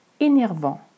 énervant